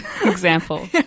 example